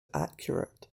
accurate